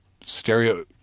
stereo